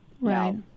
Right